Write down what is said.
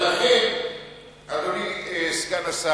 אדוני סגן השר,